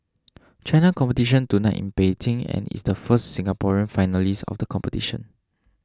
China competition tonight in Beijing and is the first Singaporean finalist of the competition